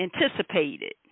anticipated